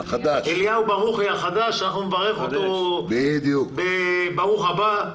נברך אותו בברוך הבא.